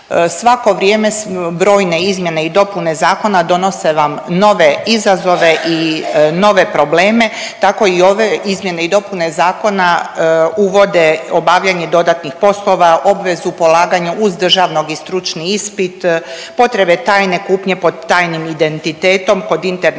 Svako vrijeme, brojne izmjene i dopune zakona donose vam nove izazove i nove probleme, tako i ove izmjene i dopune zakona uvode obavljanje dodatnih poslova, obvezu polaganja, uz državnog i stručni ispit, potrebe tajne kupnje pod tajnim identitetom kod interne